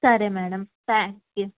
సరే madam thank you